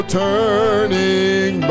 turning